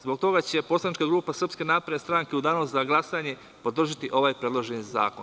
Zbog toga će poslanička grupa SNS u Danu za glasanje podržati ovaj predloženi zakon.